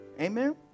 Amen